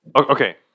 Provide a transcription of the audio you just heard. Okay